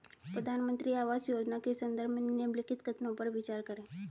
प्रधानमंत्री आवास योजना के संदर्भ में निम्नलिखित कथनों पर विचार करें?